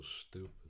stupid